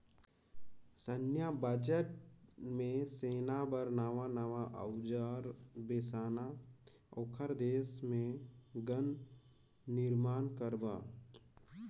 सैन्य बजट म सेना बर नवां नवां अउजार बेसाना, ओखर देश मे गन निरमान करबा